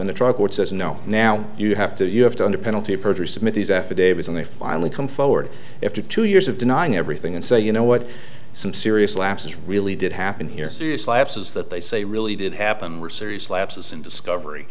in the drug courts there's no now you have to you have to under penalty of perjury submit these affidavits and they finally come forward after two years of denying everything and say you know what some serious lapses really did happen here serious lapses that they say really did happen were serious lapses in discover